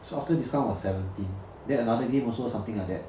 so after discount was seventeen then another game also something like that